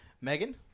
Megan